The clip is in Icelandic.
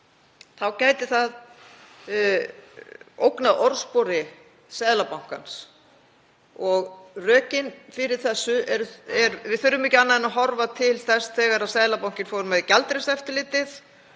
gæti það ógnað orðspori Seðlabankans. Rökin eru þessi: Við þurfum ekki annað en að horfa til þess þegar Seðlabankinn fór með gjaldeyriseftirlitið